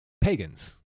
pagans